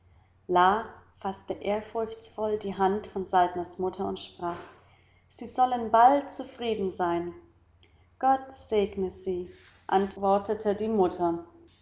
faßte ehrfurchtsvoll die hand von saltners mutter und sprach sie sollen bald zufrieden sein gott segne sie antwortete die mutter